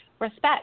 respect